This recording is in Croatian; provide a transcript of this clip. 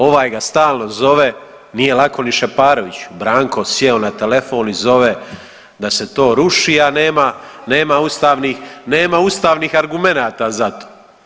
Ovaj ga stalno zove, nije lako ni Šeparoviću, Branko sjeo na telefon i zove da se to ruši, a nema, nema ustavnih, nema ustavnih argumenata za to.